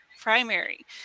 primary